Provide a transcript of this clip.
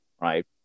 right